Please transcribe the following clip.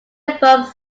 above